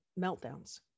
meltdowns